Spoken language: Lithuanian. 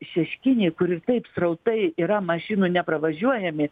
šeškinėj kur ir kaip srautai yra mašinų nepravažiuojami